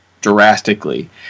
drastically